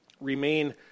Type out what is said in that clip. remain